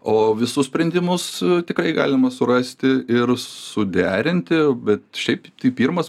o visus sprendimus tikrai galima surasti ir suderinti bet šiaip tai pirmas